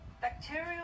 bacterial